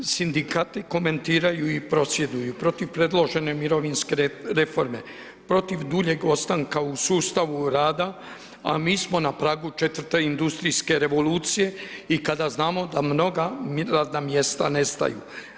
Sindikati komentiraju i prosvjeduju protiv predložene mirovinske reforme, protiv duljeg ostanka u sustavu rada, a mi smo na pragu četvrte industrijske revolucije i kada znamo da mnoga radna mjesta nestaju.